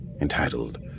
entitled